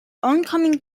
oncoming